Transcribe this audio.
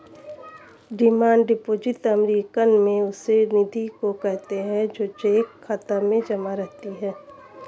demand deposit American में उस निधि को कहते हैं जो चेक खाता में जमा रहती है